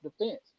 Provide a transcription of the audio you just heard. defense